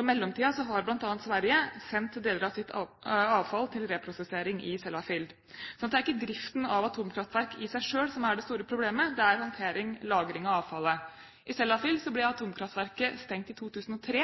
I mellomtiden har bl.a. Sverige sendt deler av sitt avfall til reprosessering i Sellafield. Det er altså ikke driften av atomkraftverk i seg selv som er det store problemet, det er håndtering og lagring av avfallet. I Sellafield ble atomkraftverket stengt i 2003,